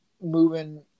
moving